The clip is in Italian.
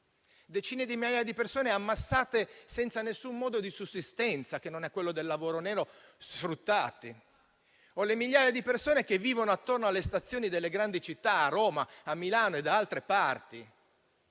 decine di migliaia di persone ammassate senza alcuna possibilità di sussistenza che non sia lavoro nero e sfruttamento; migliaia di persone che vivono attorno alle stazioni delle grandi città, a Roma, a Milano e da altre parti,